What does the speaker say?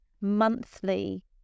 monthly